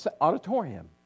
auditorium